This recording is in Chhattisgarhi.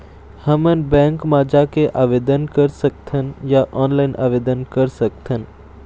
हमन बैंक मा जाके आवेदन कर सकथन या ऑनलाइन आवेदन कर सकथन?